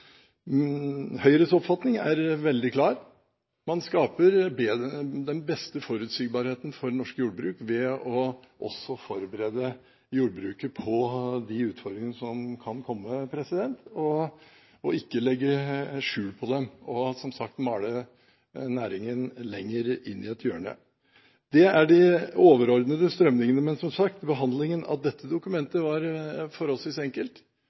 Høyres oppfatning er veldig klar: Man skaper den beste forutsigbarheten for norsk jordbruk ved også å forberede jordbruket på de utfordringene som kan komme, og ikke legge skjul på dem og male næringen lenger inn i et hjørne. Det er de overordnede strømningene. Men behandlingen av dette dokumentet var som sagt forholdvis enkel, i og med at